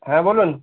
হ্যাঁ বলুন